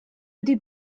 wedi